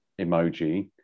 emoji